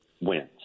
wins